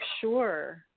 sure